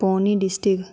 Pauni district